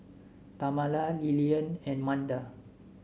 Tamela Lilyan and Manda